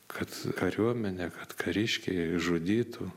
kad kariuomenė kad kariškiai žudytų